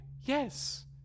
Yes